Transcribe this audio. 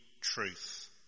truth